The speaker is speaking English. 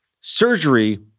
surgery